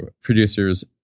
Producers